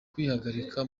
kwihagarika